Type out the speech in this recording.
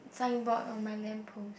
signboard on my lamp post